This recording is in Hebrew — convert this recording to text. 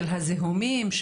של הזיהומים,